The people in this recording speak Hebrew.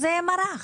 זה ימרח,